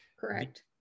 Correct